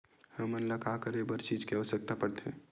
हमन ला करे बर का चीज के आवश्कता परथे?